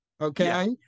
okay